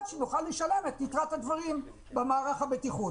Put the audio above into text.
שנוכל לשלם את יתרת הדברים במערך הבטיחות.